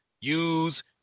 use